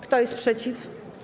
Kto jest przeciw?